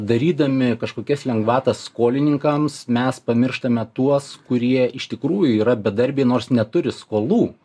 darydami kažkokias lengvatas skolininkams mes pamirštame tuos kurie iš tikrųjų yra bedarbiai nors neturi skolų